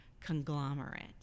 conglomerate